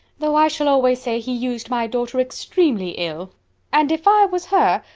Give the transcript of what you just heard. though i shall always say he used my daughter extremely ill and if i was her,